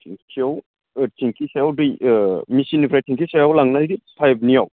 टेंखियाव टेंखि सायाव दै मेसिननिफ्राय टेंखि सायाव लांनाय पाइपनियाव